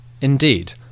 Indeed